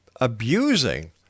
abusing